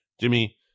Jimmy